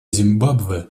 зимбабве